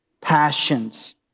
passions